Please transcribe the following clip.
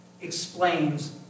explains